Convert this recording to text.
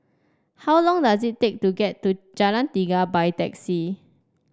how long does it take to get to Jalan Tiga by taxi